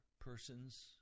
person's